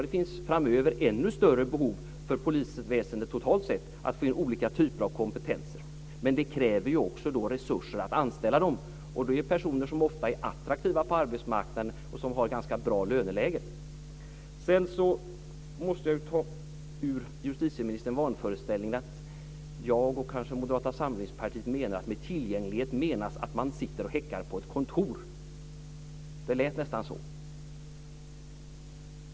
Den finns framöver ännu större behov för polisväsendet totalt sett att få olika typer av kompetenser. Men det kräver också resurser att anställa dessa personer. Det är personer som ofta är attraktiva på arbetsmarknaden och som har ett ganska bra löneläge. Jag måste ta justitieministern ur vanföreställningen att jag och kanske Moderata samlingspartiet menar att med tillgänglighet menas att man sitter och häckar på ett kontor. Det lät nästan så på justitieministern.